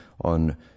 on